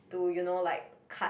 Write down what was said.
to you know like cut